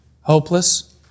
hopeless